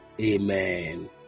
Amen